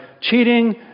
cheating